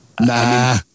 Nah